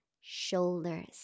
shoulders